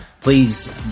Please